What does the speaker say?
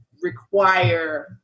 require